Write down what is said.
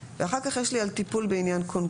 אחר כך יש לי על טיפול בעניין קונקרטי.